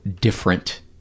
different